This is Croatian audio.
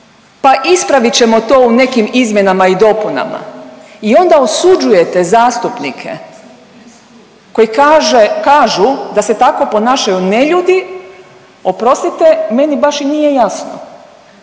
pa ispravit ćemo to u nekim izmjenama i dopunama. I onda osuđujete zastupnike koji kaže, kažu da se tako ponašaju neljudi, oprostite meni baš i nije jasno,